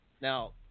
Now